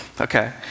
Okay